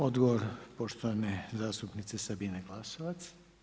Odgovor poštovane zastupnice Sabine Glasovac.